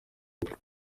oprah